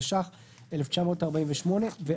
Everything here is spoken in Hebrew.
התש"ח 1948‏,